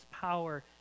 power